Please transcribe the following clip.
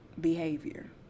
behavior